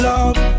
Love